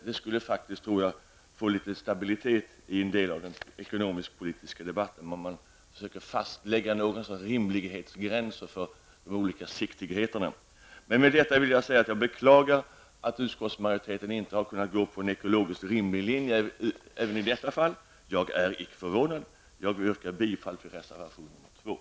Det skulle faktiskt ge litet stabilitet åt den ekonomisk-politiska debatten i dag om man försökte fastlägga någon sorts rimlighetsgräns för de olika siktigheterna. Jag beklagar att utskottsmajoriteten inte har kunnat följa en ekologiskt rimlig linje även i detta fall. Jag är icke förvånad. Jag yrkar bifall till reservation nr 2.